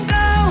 go